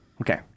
Okay